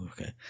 okay